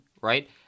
right